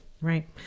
Right